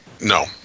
no